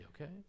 okay